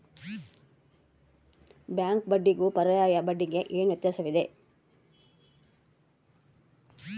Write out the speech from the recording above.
Bank ಬಡ್ಡಿಗೂ ಪರ್ಯಾಯ ಬಡ್ಡಿಗೆ ಏನು ವ್ಯತ್ಯಾಸವಿದೆ?